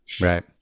Right